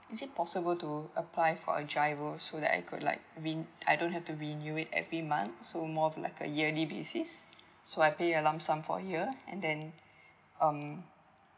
is it possible to apply for a GIRO so that I could like re~ I don't have to renew it every month so more of like a yearly basis so I pay a lump sum for here and then um